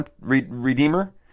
redeemer